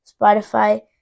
Spotify